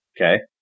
Okay